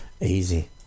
Easy